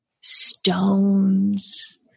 stones